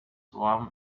warm